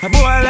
Boy